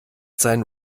seinen